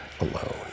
alone